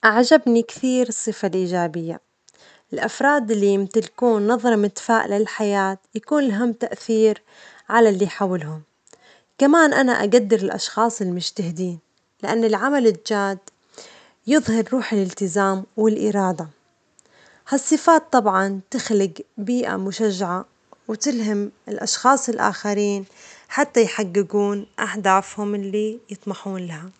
أعجبني كثيرا الصفة الإيجابية، الأفراد اللي يمتلكون نظرة متفائلة للحياة يكون لهم تأثير على اللي حولهم، كمان، أنا أجدر الأشخاص المجتهدين، لأن العمل الجاد يظهر روح الالتزام والإرادة، ها الصفات طبعا تخلج بيئة مشجعة وتلهم الأشخاص الآخرين حتى يحججون أهدافهم التي يطمحون لها.